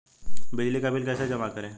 बिजली का बिल कैसे जमा करें?